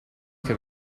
che